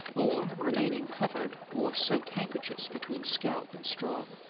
or, remaining covered, wore soaked handkerchiefs between scalp and straw.